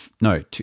no